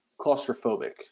claustrophobic